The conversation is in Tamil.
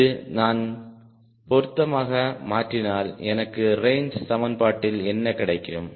இது நான் பொருத்தமாக மாற்றினால் எனக்கு ரேஞ்ச் சமன்பாட்டில் என்ன கிடைக்கும்